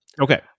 Okay